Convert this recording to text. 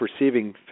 receiving